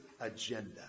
agenda